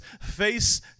face